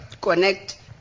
connect